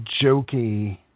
jokey